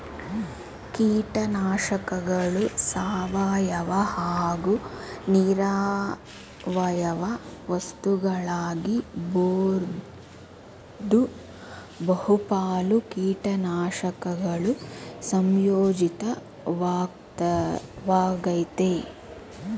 ಕೀಟನಾಶಕಗಳು ಸಾವಯವ ಹಾಗೂ ನಿರವಯವ ವಸ್ತುಗಳಾಗಿರ್ಬೋದು ಬಹುಪಾಲು ಕೀಟನಾಶಕಗಳು ಸಂಯೋಜಿತ ವಾಗಯ್ತೆ